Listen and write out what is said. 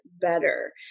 better